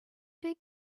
take